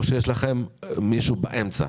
או שיש לכם מישהו באמצע?